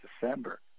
December